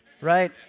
right